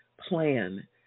plan